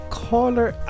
caller